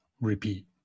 repeat